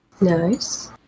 Nice